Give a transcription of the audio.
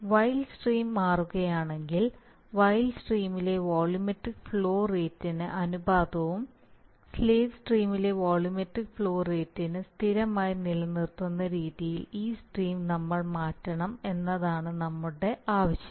wild stream മാറുകയാണെങ്കിൽ wild സ്ട്രീമിലെ volumetric flow റേറ്റിന്റെ അനുപാതവും സ്ലേവ് സ്ട്രീമിലെ വോള്യൂമെട്രിക് ഫ്ലോ റേറ്റും സ്ഥിരമായി നിലനിർത്തുന്ന രീതിയിൽ ഈ സ്ട്രീം നമ്മൾ മാറ്റണം എന്നതാണ് നമ്മളുടെ ആശയം